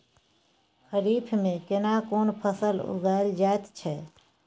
खरीफ में केना कोन फसल उगायल जायत छै?